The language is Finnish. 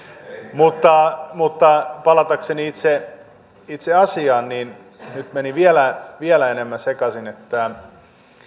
mutta mutta palatakseni itse itse asiaan niin nyt meni vielä vielä enemmän sekaisin että